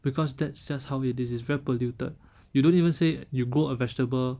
because that's just how it this it's very polluted you don't even say you grow a vegetable